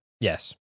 Yes